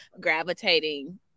gravitating